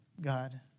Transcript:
God